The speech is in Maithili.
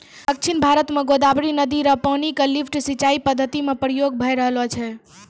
दक्षिण भारत म गोदावरी नदी र पानी क लिफ्ट सिंचाई पद्धति म प्रयोग भय रहलो छै